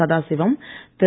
Sadasivam Thiru